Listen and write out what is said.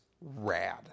rad